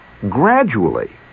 gradually